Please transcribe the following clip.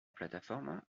plataforma